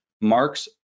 Marx